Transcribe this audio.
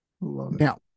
Now